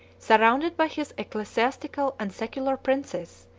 surrounded by his ecclesiastical and secular princes,